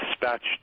dispatched